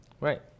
Right